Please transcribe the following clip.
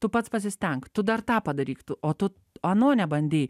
tu pats pasistenk tu dar tą padaryk tu o tu ano nebandei